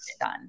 done